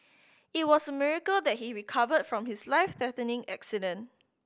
it was a miracle that he recovered from his life threatening accident